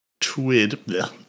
twid